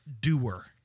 doer